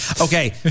Okay